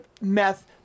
meth